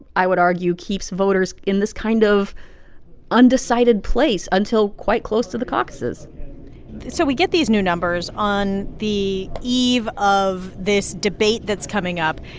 i would argue, keeps voters in this kind of undecided place until quite close to the caucuses so we get these new numbers on the eve of this debate that's coming up.